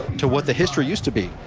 to what the history used to be.